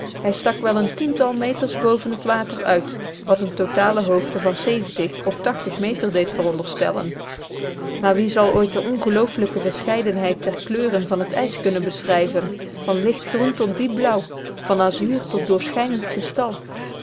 hij stak wel een tiental meters boven het water uit wat een totale hoogte van of meter deed veronderstellen maar wie zal ooit de ongeloofelijke verscheidenheid der kleuren van het ijs kunnen beschrijven van lichtgroen tot diepblauw van azuur tot doorschijnend kristal